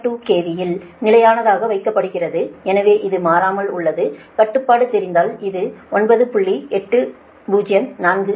2 KV இல் நிலையானதாக வைக்கப்படுகிறது எனவே இது மாறாமல் உள்ளது கட்டுப்பாடு தெரிந்தால் இது 9